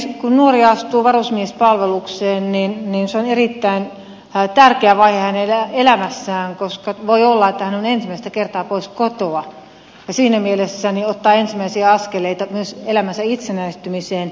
kun nuori astuu varusmiespalvelukseen se on erittäin tärkeä vaihe hänen elämässään koska voi olla että hän on ensimmäistä kertaa pois kotoa ja siinä mielessä ottaa ensimmäisiä askeleita myös elämänsä itsenäistymiseen